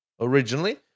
originally